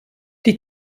die